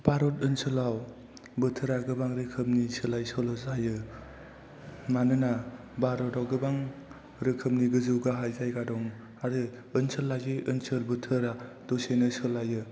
भारत ओनसोलाव बोथोरा गोबां रोखोमनि सोलाय सोल' जायो मानोना भारतआव गोबां रोखोमनि गोजौ गाहाय जायगा दं आरो ओनसोल लायै ओनसोल बोथोरा दसेनो सोलायो